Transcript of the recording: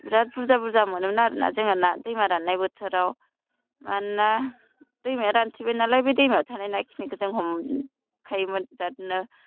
बिराथ बुरजा बुरजा मोनोमोन आरोना जोंहा ना दैमा राननाय बोथोराव मानोना दैमाया रानथेबाय नालाय बे दैमायाव थानाय नाखिनिखौ जों हमखायोमोन बिराथनो